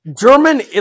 German